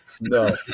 No